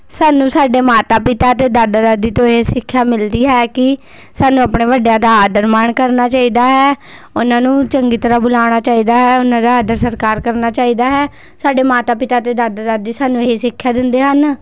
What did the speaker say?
ਸਾਨੂੰ ਸਾਡੇ ਮਾਤਾ ਪਿਤਾ ਅਤੇ ਦਾਦਾ ਦਾਦੀ ਤੋਂ ਇਹ ਸਿੱਖਿਆ ਮਿਲਦੀ ਹੈ ਕਿ ਸਾਨੂੰ ਆਪਣੇ ਵੱਡਿਆਂ ਦਾ ਆਦਰ ਮਾਣ ਕਰਨਾ ਚਾਹੀਦਾ ਹੈ ਓਹਨਾਂ ਨੂੰ ਚੰਗੀ ਤਰ੍ਹਾਂ ਬੁਲਾਉਣਾ ਚਾਹੀਦਾ ਹੈ ਓਹਨਾਂ ਦਾ ਆਦਰ ਸਤਿਕਾਰ ਕਰਨਾ ਚਾਹੀਦਾ ਹੈ ਸਾਡੇ ਮਾਤਾ ਪਿਤਾ ਅਤੇ ਦਾਦਾ ਦਾਦੀ ਸਾਨੂੰ ਇਹੀ ਸਿੱਖਿਆ ਦਿੰਦੇ ਹਨ